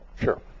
Sure